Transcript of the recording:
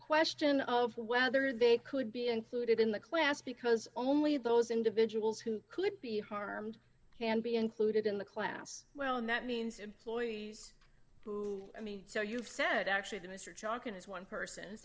question of whether they could be included in the class because only those individuals who could be harmed can be included in the class well and that means employees who i mean so you've said actually that mr johnson is one person is